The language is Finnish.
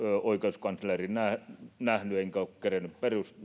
oikeuskanslerin päätöstä nähnyt enkä ole kerennyt